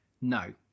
No